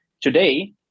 Today